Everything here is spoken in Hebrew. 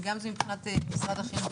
וגם אם זה מבחינת משרד החינוך,